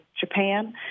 Japan